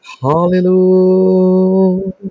Hallelujah